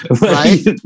Right